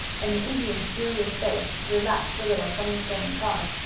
and the indian's serious face relaxed a little from the same cause.